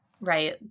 right